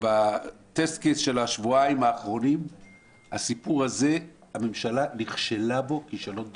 בטסט-קייס של השבועיים האחרונים בסיפור הזה הממשלה נכשלה כישלון טוטלי.